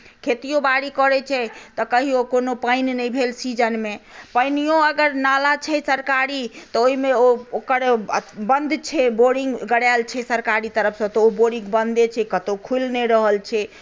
खेतियो बाड़ी करैत छै तऽ कहियो कोनो पानि नहि भेल सीजनमे पानिओ अगर नाला छै सरकारी तऽ ओहिमे ओ ओकर बन्द छै बोरिंग गरायल छै सरकारी तरफसँ तऽ ओ बोरिंग बन्दे छै कतहु खुलि नहि रहल छै